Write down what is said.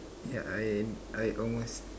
yeah I I almost